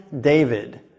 David